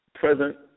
present